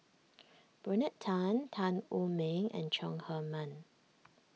Bernard Tan Tan Wu Meng and Chong Heman